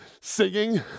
singing